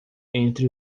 entre